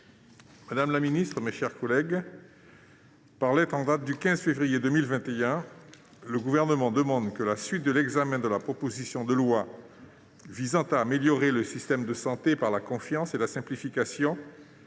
... Le procès-verbal est adopté. Par lettre en date du 15 février 2021, le Gouvernement demande que la suite de l'examen de la proposition de loi visant à améliorer le système de santé par la confiance et la simplification